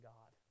God